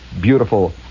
beautiful